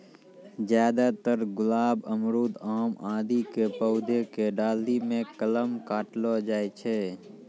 ज्यादातर गुलाब, अमरूद, आम आदि के पौधा के डाली मॅ कलम काटलो जाय छै